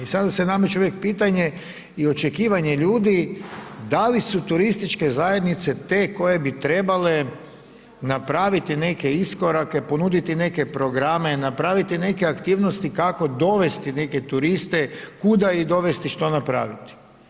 I sada se nameće uvijek pitanje i očekivanje ljudi da li su turističke zajednice te koje bi trebale napraviti neke iskorake, ponuditi neke programe, napraviti neke aktivnosti kako dovesti neke turiste, kuda ih dovesti, što napraviti.